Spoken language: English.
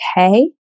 okay